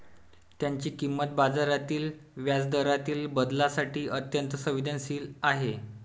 त्याची किंमत बाजारातील व्याजदरातील बदलांसाठी अत्यंत संवेदनशील आहे